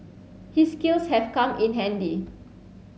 his skills have come in handy